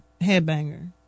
headbanger